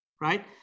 right